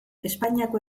espainiako